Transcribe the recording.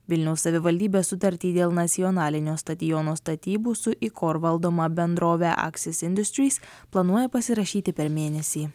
vilniaus savivaldybė sutartį dėl nacionalinio stadiono statybų su ikor valdoma bendrove aksis industrys planuoja pasirašyti per mėnesį